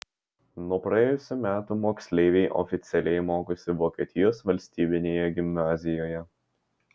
nuo praėjusių metų moksleiviai oficialiai mokosi vokietijos valstybinėje gimnazijoje